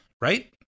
right